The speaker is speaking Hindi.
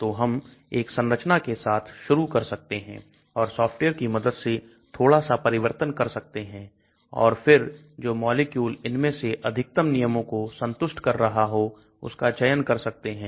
तो हम एक संरचना के साथ शुरू कर सकते हैं और सॉफ्टवेयर की मदद से थोड़ा सा परिवर्तन कर सकते हैं और फिर जो मॉलिक्यूल इनमें से अधिकतम नियमों को संतुष्ट कर रहा हो उसका चयन कर सकते हैं